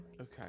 Okay